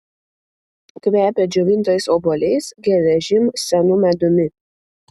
kvepia džiovintais obuoliais geležim senu medumi